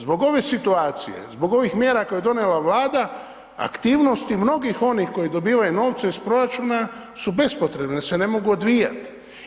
Zbog ove situacije, zbog ovih mjera koje je donijela Vlada, aktivnosti mnogih onih koji dobivaju novce iz proračuna su bespotrebne jer se ne mogu odvijati.